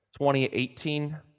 2018